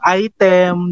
item